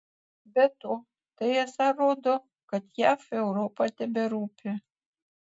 be to tai esą rodo kad jav europa teberūpi